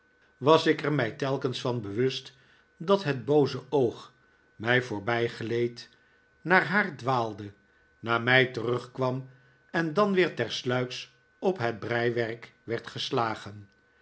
was ik er mij telkens van bewust dat het booze oog mij voorbijgleed naar haar dwaalde naar mij terugkwam en dan weer tersluiks op het breiwerk werd geslagen